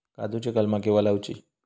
काजुची कलमा केव्हा लावची?